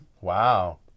Wow